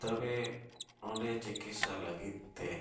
ᱛᱚᱵᱮ ᱚᱸᱰᱮ ᱪᱤᱠᱤᱛᱥᱟ ᱞᱟᱹᱜᱤᱫᱛᱮ